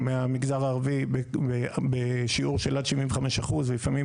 מהמגזר הערבי בשיעור של עד 75% ולפעמים